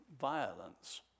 violence